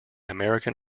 american